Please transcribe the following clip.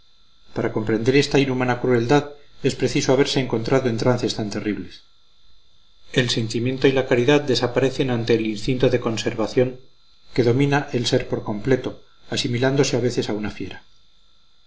para comprender esta inhumana crueldad es preciso haberse encontrado en trances tan terribles el sentimiento y la caridad desaparecen ante el instinto de conservación que domina el ser por completo asimilándole a veces a una fiera